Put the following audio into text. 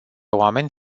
oameni